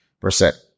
percent